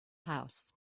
house